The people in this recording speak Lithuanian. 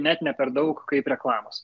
net ne per daug kaip reklamos